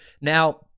Now